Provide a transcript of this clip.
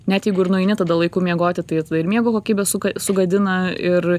net jeigu ir nueini tada laiku miegoti tai tada ir miego kokybę suka sugadina ir